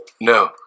No